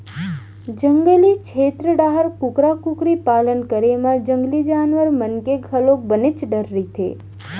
जंगली छेत्र डाहर कुकरा कुकरी पालन करे म जंगली जानवर मन के घलोक बनेच डर रथे